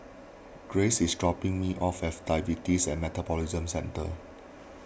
Grace is dropping me off at Diabetes and Metabolism Centre